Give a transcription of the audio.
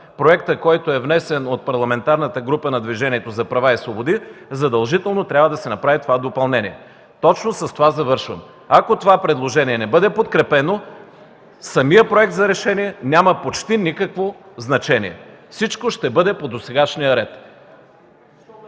проектът, внесен от Парламентарната група на Движението за права и свободи, задължително трябва да се направи това допълнение. Точно с това завършвам: ако това предложение не бъде подкрепено, самият Проект за решение няма почти никакво значение. Всичко ще бъде по досегашния ред.